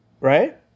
right